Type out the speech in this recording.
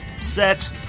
set